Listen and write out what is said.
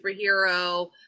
superhero